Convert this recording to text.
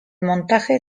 montaje